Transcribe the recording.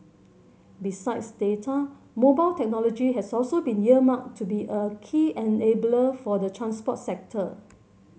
besides data mobile technology has also been earmarked to be a key enabler for the transport sector